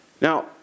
Now